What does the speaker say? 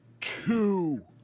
two